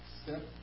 step